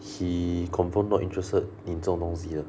he confirm not interested in 这种东西的